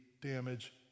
damage